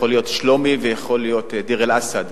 יכול להיות שלומי ויכול להיות דיר-אל-אסד,